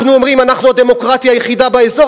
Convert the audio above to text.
אנחנו אומרים: אנחנו הדמוקרטיה היחידה באזור,